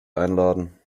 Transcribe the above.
einladen